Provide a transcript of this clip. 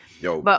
Yo